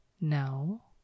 no